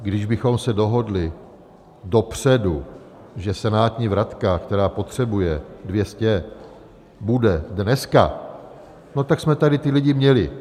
Kdybychom se dohodli dopředu, že senátní vratka, která potřebuje 200, bude dneska, tak jsme tady ty lidi měli.